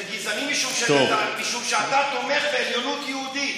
זה גזעני, משום שאתה תומך בעליונות יהודית.